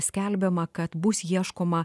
skelbiama kad bus ieškoma